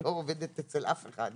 לא עובדת אצל אף אחד יותר,